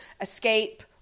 escape